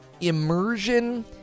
immersion